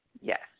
Yes